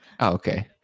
Okay